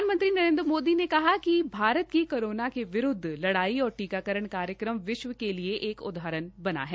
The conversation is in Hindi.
प्रधानमंत्री नरेन्द्र मोदी ने कहा है कि भारत की कोरोना के विरूद्ध लड़ाई और टीकाकरण कार्यक्रम विश्व के लिए एक उदाहरण बना है